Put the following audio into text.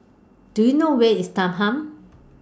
Do YOU know Where IS Thanggam